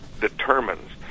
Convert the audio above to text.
determines